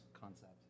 concept